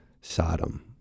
Sodom